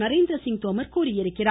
நரேந்திரசிங் தோமர் தெரிவித்துள்ளார்